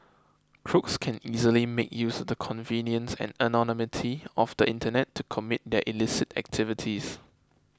crooks can easily make use of the convenience and anonymity of the internet to commit their illicit activities